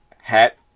hat